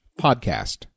podcast